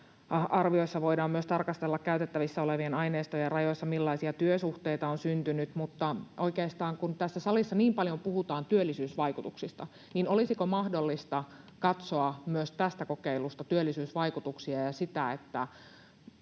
arvioissa voidaan myös tarkastella käytettävissä olevien aineistojen rajoissa, millaisia työsuhteita on syntynyt, ja kun tässä salissa niin paljon puhutaan työllisyysvaikutuksista, niin olisiko mahdollista katsoa myös tästä kokeilusta työllisyysvaikutuksia ja sitä, onko